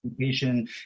education